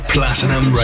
Platinum